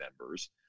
members